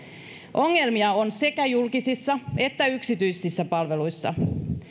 ongelmia on sekä julkisissa että yksityisissä palveluissa